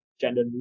gender